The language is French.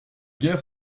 guerre